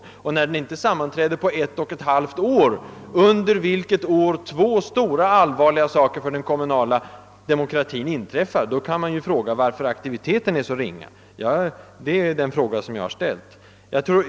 Om arbetsgruppen inte sammanträder på ett och ett halvt år, under vilken tid stora och allvarliga saker för den kommunala demokratin inträffar, kan man, såsom jag har gjort, ställa frågan varför aktiviteten är så ringa.